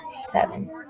seven